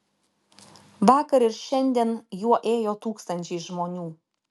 vakar ir šiandien juo ėjo tūkstančiai žmonių